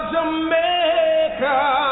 Jamaica